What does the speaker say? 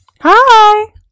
Hi